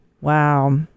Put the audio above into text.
Wow